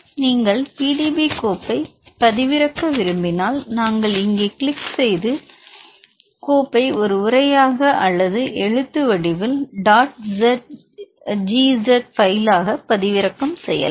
நீங்கள் PDB கோப்பைப் பதிவிறக்க விரும்பினால் நீங்கள் இங்கே கிளிக் செய்து கோப்பை ஒரு உரையாக அல்லது எழுத்து வடிவில் dot GZ file ஆக பதிவிறக்கலாம்